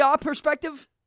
perspective